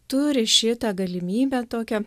turi šitą galimybę tokią